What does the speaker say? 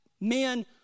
men